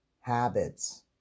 habits